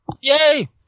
Yay